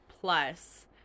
Plus